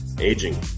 aging